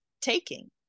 taking